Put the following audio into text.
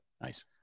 Nice